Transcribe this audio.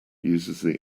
uses